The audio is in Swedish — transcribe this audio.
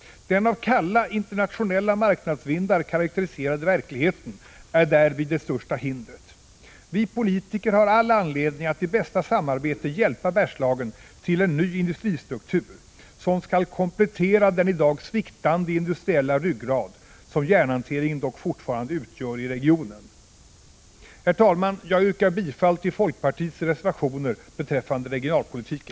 Den av kalla, internationella marknadsvindar karakteriserade verkligheten är därvid det största hindret. Vi politiker har all anledning att i bästa samarbete hjälpa Bergslagen till en ny industristruktur som skall komplettera den i dag sviktande industriella ryggrad som järnhanteringen dock fortfarande utgör i regionen. 149 Herr talman! Jag yrkar bifall till folkpartiets reservationer beträffande regionalpolitiken.